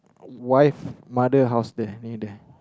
wife mother house there near there